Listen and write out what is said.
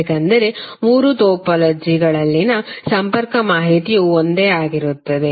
ಯಾಕೆಂದರೆ ಮೂರು ಟೋಪೋಲಜಿಗಳಲ್ಲಿನ ಸಂಪರ್ಕ ಮಾಹಿತಿಯು ಒಂದೇ ಆಗಿರುತ್ತದೆ